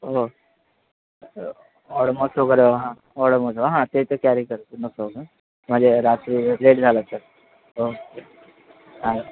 हो ऑडोमॉस वगैरे हां ओडोमॉस हां ते ते कॅरी करतील नो प्रॉब्लेम म्हणजे र रात्री लेट झाला तर ओके चालेल